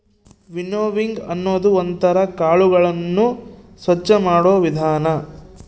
winnowing ಅನ್ನೋದು ಒಂದ್ ತರ ಕಾಳುಗಳನ್ನು ಸ್ವಚ್ಚ ಮಾಡೋ ವಿಧಾನ